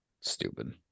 Stupid